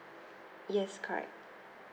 yes correct